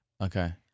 Okay